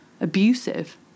abusive